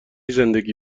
زندگی